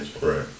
Right